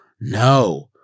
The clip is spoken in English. no